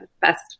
best